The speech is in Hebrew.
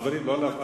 חברים, לא להפריע.